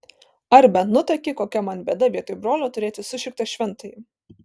ar bent nutuoki kokia man bėda vietoj brolio turėti sušiktą šventąjį